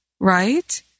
Right